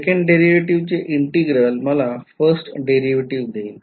second डेरीवेटीव्हचे integral मला first derivative देईल